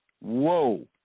Whoa